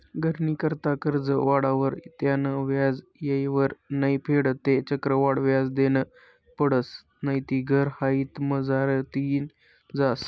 घरनी करता करजं काढावर त्यानं व्याज येयवर नै फेडं ते चक्रवाढ व्याज देनं पडसं नैते घर हातमझारतीन जास